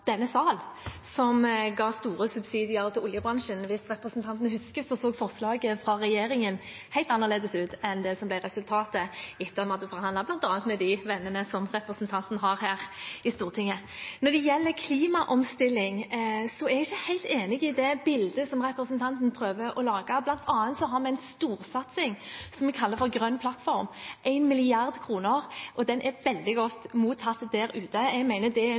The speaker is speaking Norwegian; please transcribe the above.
denne sal som ga store subsidier til oljebransjen. Hvis representanten husker det, så forslaget fra regjeringen helt annerledes ut enn det som ble resultatet etter at vi hadde forhandlet med bl.a. de vennene som representanten har her i Stortinget. Når det gjelder klimaomstilling, er jeg ikke helt enig i det bildet representanten prøver å lage. Blant annet har vi en storsatsing vi kaller for Grønn plattform – 1 mrd. kr – og den er veldig godt mottatt der ute. Jeg mener det